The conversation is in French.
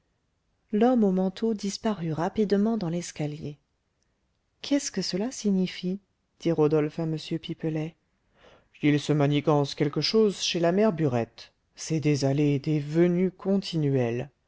l'homme au manteau disparut rapidement dans l'escalier qu'est-ce que cela signifie dit rodolphe à m pipelet il se manigance quelque chose chez la mère burette c'est des allées des venues continuelles